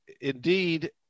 indeed